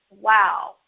wow